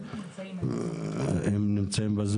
שני כתמים נצבעו במפות